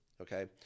Okay